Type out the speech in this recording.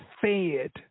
fed